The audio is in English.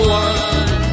one